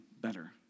better